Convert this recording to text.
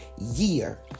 Year